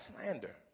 slander